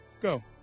Go